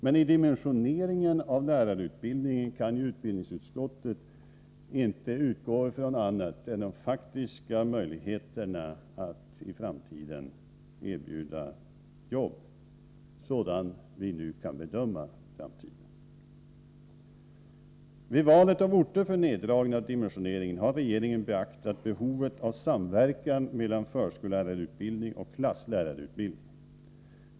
Men vid dimensioneringen av lärarutbildningen kan utbildningsutskottet inte utgå från annat än de faktiska möjligheterna att i framtiden erbjuda jobb — så långt vi nu kan bedöma framtiden. Vid valet av orter för neddragning av dimensioneringen har regeringen beaktat behovet av samverkan mellan förskollärarutbildning och klasslärarutbildning.